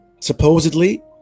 supposedly